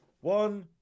One